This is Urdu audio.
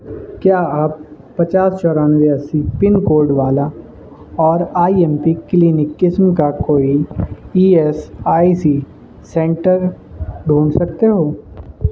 کیا آپ پچاس چورانوے اسی پن کوڈ والا اور آئی ایم پی کلینک قسم کا کوئی E S I C centre ڈھونڈ سکتے ہو